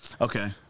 Okay